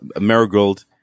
Marigold